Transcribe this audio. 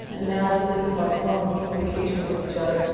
and now that this is our form of communication with each other,